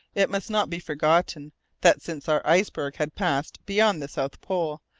it must not be forgotten that since our iceberg had passed beyond the south pole,